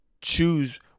choose